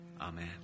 Amen